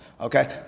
Okay